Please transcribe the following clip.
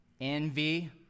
Envy